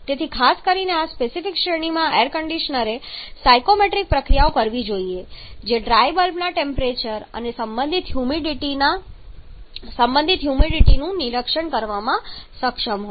તેથી ખાસ કરીને આ સ્પેસિફિક શ્રેણીમાં એર કંડિશનરે સાયક્રોમેટ્રિક પ્રક્રિયાઓ કરવી જોઈએ જે ડ્રાય બલ્બના ટેમ્પરેચર અને સંબંધિત હ્યુમિડિટીનું નિરીક્ષણ કરવામાં સક્ષમ હોય